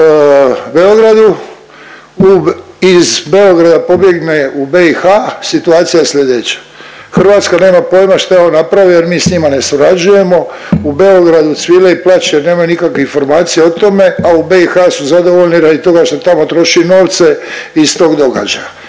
u Beogradu, iz Beograda pobjegne u BiH situacija je slijedeća. Hrvatska nema pojma šta je on napravio jer mi s njima ne surađujemo. U Beogradu cvile i plaču jer nemaju nikakvih informacija o tome, a u BiH su zadovoljni radi toga što tamo troši novce iz tog događaja.